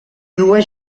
dues